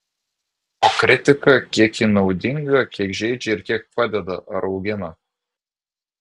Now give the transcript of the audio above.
o kritika kiek ji naudinga kiek žeidžia ir kiek padeda ar augina